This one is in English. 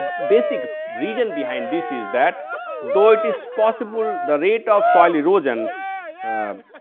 basic reason behind this is that though it is possible the rate of soil erosion ah